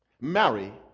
marry